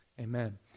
amen